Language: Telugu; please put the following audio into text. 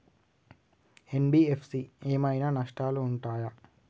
ఎన్.బి.ఎఫ్.సి ఏమైనా నష్టాలు ఉంటయా?